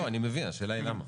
לא, אני מבין, השאלה היא למה.